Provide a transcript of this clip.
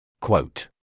Quote